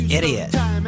idiot